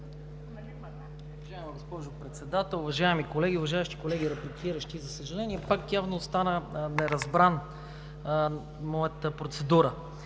Уважаема госпожо Председател, уважаеми колеги, уважаеми колеги репликиращи! За съжаление, пак явно остана неразбрана моята процедура